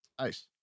nice